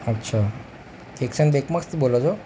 અચ્છા કિચન ડેકમાંથી બોલો છો